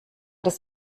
des